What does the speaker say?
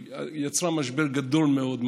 זה יצר משבר גדול מאוד,